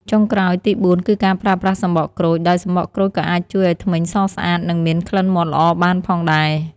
ចុងក្រោយទីបួន គឺការប្រើប្រាស់សំបកក្រូច ដោយសំបកក្រូចក៏អាចជួយឲ្យធ្មេញសស្អាត និងមានក្លិនមាត់ល្អបានផងដែរ។